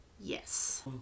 Yes